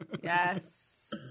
Yes